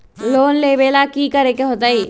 Loan लेवेला की करेके होतई?